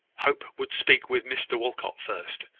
hope would speak with mr walcot first.